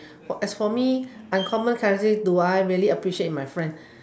for as for me uncommon characteristics do I really appreciate in my friends